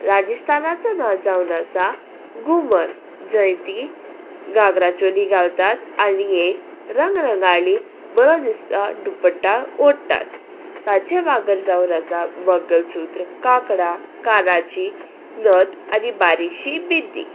राजस्थानाचो नांव जावन आसा गुमर जंय तीं गागरा चोली घालतात आनी एक रंगरंगाळी बरो दिसता डुपटा ओडटात ताचे मागर जावन आसा बगलसूत्र कांकणां कानाची नथ आनी बारीकशी बिंदी